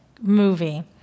movie